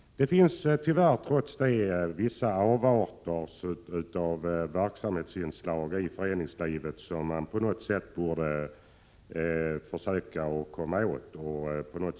Det finns trots detta tyvärr vissa avarter av verksamhetsinslag i föreningslivet som på något sätt borde förhindras. En.